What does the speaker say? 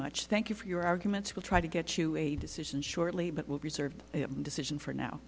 much thank you for your arguments will try to get you a decision shortly but will be served a decision for now